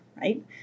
right